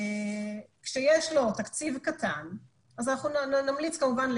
כשיש לו תקציב קטן אז אנחנו נמליץ כמובן על